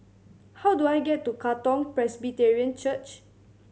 how do I get to Katong Presbyterian Church